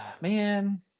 man